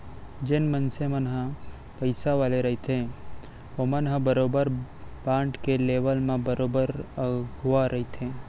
जेन मनसे मन ह पइसा वाले रहिथे ओमन ह बरोबर बांड के लेवब म बरोबर अघुवा रहिथे